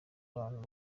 abantu